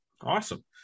awesome